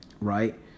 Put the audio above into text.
Right